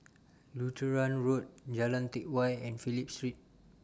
Lutheran Road Jalan Teck Whye and Phillip Street